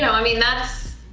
so i mean that's,